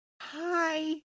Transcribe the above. hi